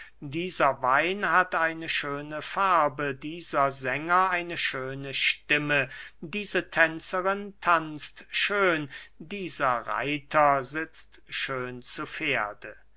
dieser wein hat eine schöne farbe dieser sänger eine schöne stimme diese tänzerin tanzt schön dieser reiter sitzt schön zu pferde